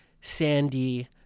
Sandy